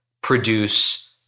produce